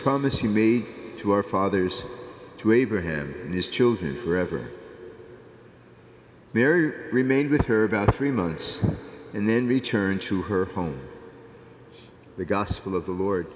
promise you made to our fathers to abraham and his children forever mary remained with her about three months and then returned to her home the gospel of the lord